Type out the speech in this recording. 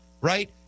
right